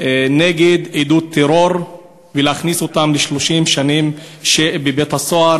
נגד עידוד טרור ולהכניס אותם ל-30 שנים בבית-הסוהר,